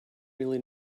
really